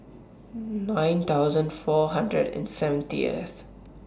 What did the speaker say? nine thousand four hundred and seventieth